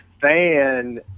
fan